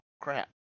crap